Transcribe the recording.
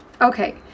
Okay